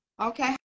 okay